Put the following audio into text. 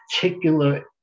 particular